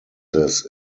this